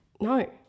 No